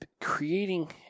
creating